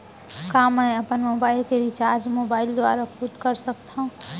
का मैं अपन मोबाइल के रिचार्ज मोबाइल दुवारा खुद कर सकत हव?